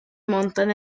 montan